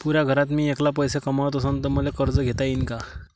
पुऱ्या घरात मी ऐकला पैसे कमवत असन तर मले कर्ज घेता येईन का?